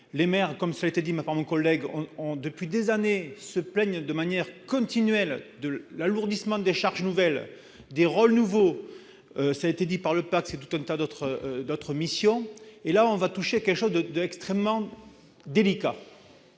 les maires, comme ça a été dit ma par collègues ont depuis des années, se plaignent de manière continuelle de l'alourdissement des charges nouvelles des rôles nouveau, ça a été dit par le parti et tout un tas d'autres d'autres missions, et là on va toucher quelque chose de d'extrêmement délicat,